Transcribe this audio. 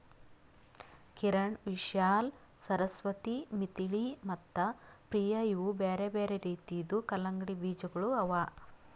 ಕಿರಣ್, ವಿಶಾಲಾ, ಸರಸ್ವತಿ, ಮಿಥಿಳಿ ಮತ್ತ ಪ್ರಿಯ ಇವು ಬ್ಯಾರೆ ಬ್ಯಾರೆ ರೀತಿದು ಕಲಂಗಡಿ ಬೀಜಗೊಳ್ ಅವಾ